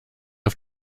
auf